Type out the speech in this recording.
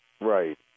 Right